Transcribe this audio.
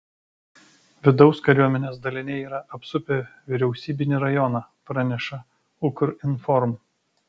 vidaus kariuomenės daliniai yra apsupę vyriausybinį rajoną praneša ukrinform